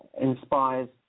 inspires